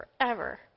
forever